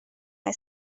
های